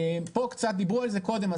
דיברו על זה קודם,